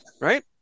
right